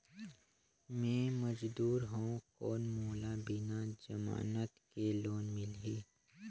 मे मजदूर हवं कौन मोला बिना जमानत के लोन मिलही?